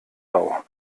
bau